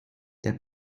der